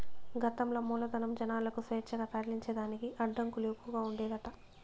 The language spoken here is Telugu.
గతంల మూలధనం, జనాలకు స్వేచ్ఛగా తరలించేదానికి అడ్డంకులు ఎక్కవగా ఉండేదట